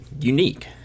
unique